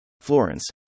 Florence